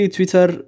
Twitter